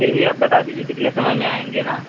फिर भी आप बता दीजिए कितने समय में आएँगे न